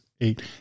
eight